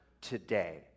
today